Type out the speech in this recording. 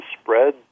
spread